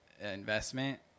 investment